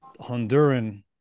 Honduran